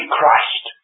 Christ